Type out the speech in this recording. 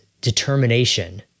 determination